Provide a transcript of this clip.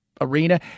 arena